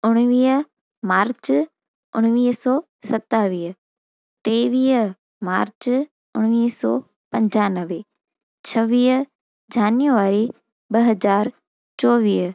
उणिवीह मार्च उणिवीह सौ सतावीह टेवीह मार्च उणिवीह सौ पंजानवे छवीह जनवरी ॿ हज़ार चोवीह